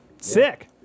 Sick